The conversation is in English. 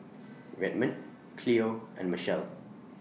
Redmond Cleo and Machelle